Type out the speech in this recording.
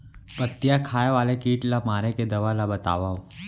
पत्तियां खाए वाले किट ला मारे के दवा ला बतावव?